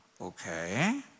Okay